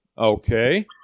Okay